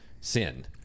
sin